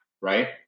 right